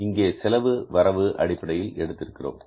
இங்கே செலவு வரவு அடிப்படையில் எடுத்திருக்கிறோம்